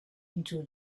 into